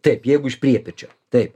taip jeigu iš priepirčio taip